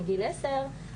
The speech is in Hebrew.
מגיל עשר,